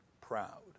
proud